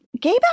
Gabe